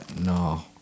No